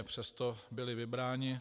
Přesto byla vybrána.